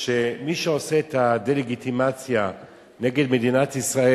שמי שעושה את הדה-לגיטימציה נגד מדינת ישראל,